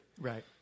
Right